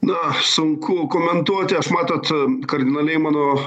na sunku komentuoti aš matot kardinaliai mano